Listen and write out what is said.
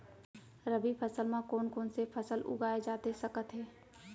रबि फसल म कोन कोन से फसल उगाए जाथे सकत हे?